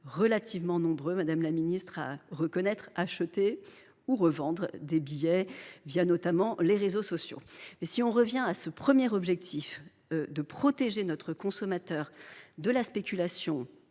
relativement nombreux, madame la ministre, à reconnaître acheter ou revendre des billets, notamment sur les réseaux sociaux. Le premier objectif est de protéger le consommateur de la spéculation